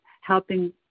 helping